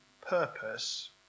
purpose